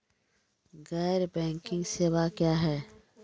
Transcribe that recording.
गैर बैंकिंग सेवा क्या हैं?